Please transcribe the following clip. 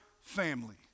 family